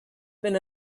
been